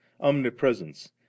omnipresence